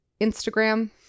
Instagram